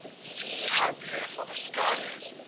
see how beautiful the sky is!